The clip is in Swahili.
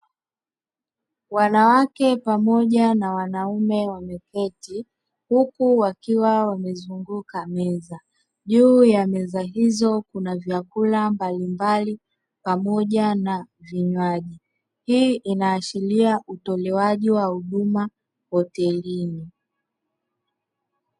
Wanawake pamoja na wanaume wameketi huku wakiwa wamezunguka meza. Juu ya meza hizo, kuna vyakula mbalimbali pamoja na vinywaji. Hii inaashiria utolewaji wa huduma hotelini.